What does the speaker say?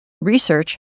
research